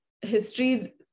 history